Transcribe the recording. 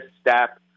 step